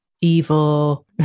evil